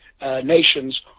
nations